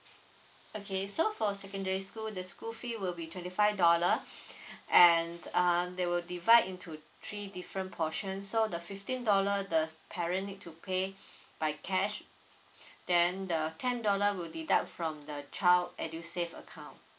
okay so for the secondary school the school fee will be twenty five dollar and uh they will divide into three different portion so the fifteen dollar the parent need to pay by cash then the ten dollar will deduct from the child edusave account